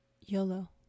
yolo